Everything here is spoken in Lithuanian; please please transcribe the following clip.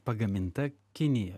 pagaminta kinijoj